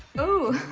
oh.